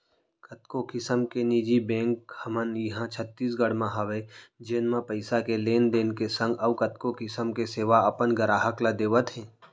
कतको किसम के निजी बेंक हमन इहॉं छत्तीसगढ़ म हवय जेन म पइसा के लेन देन के संग अउ कतको किसम के सेवा अपन गराहक ल देवत हें